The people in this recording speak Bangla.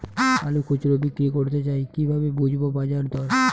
আলু খুচরো বিক্রি করতে চাই কিভাবে বুঝবো বাজার দর?